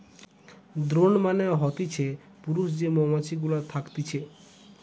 drone মানে হতিছে পুরুষ যে মৌমাছি গুলা থকতিছে